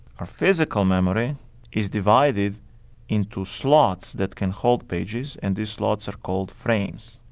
our physical memory is divided into slots that can hold pages and these slots are called frames.